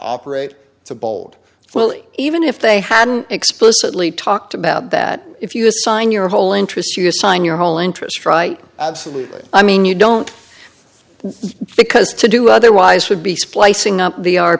operate to bold well even if they hadn't explicitly talked about that if you assign your whole interest you assign your whole interest right absolutely i mean you don't because to do otherwise would be splicing up the